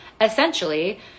essentially